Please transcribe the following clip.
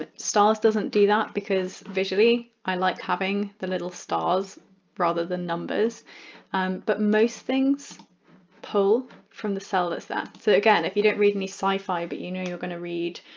ah stars doesn't do that because visually i like having the little stars rather than numbers but most things pull from the cell that's there. so again if you don't read any sci-fi but you know you're going to read